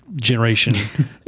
generation